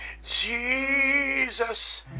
jesus